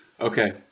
Okay